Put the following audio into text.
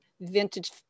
vintage